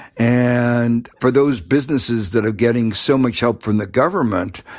and for those businesses that are getting so much help from the government,